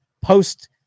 post